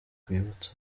rwibutso